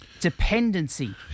dependency